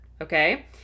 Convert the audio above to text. okay